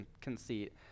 conceit